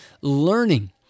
learning